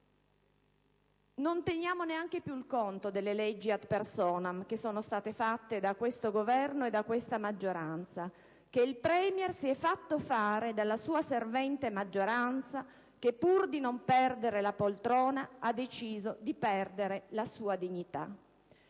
Non teniamo neanche più il conto delle leggi *ad personam* che sono state fatte da questo Governo e da questa maggioranza, che il *Premier* si è fatto fare dalla sua servente maggioranza, che pur di non perdere la poltrona ha deciso di perdere la sua dignità.